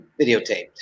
videotaped